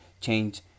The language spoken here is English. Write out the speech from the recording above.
change